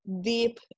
deep